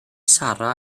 sarra